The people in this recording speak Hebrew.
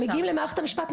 שמגיעים למערכת המשפט.